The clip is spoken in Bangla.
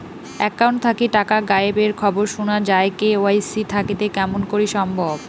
একাউন্ট থাকি টাকা গায়েব এর খবর সুনা যায় কে.ওয়াই.সি থাকিতে কেমন করি সম্ভব?